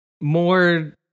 More